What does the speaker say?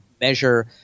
measure